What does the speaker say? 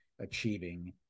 achieving